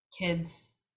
kids